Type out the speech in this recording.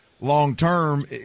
long-term